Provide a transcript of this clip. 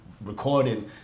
recording